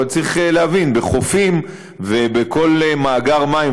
אבל צריך להבין: בחופים ובכל מאגר מים,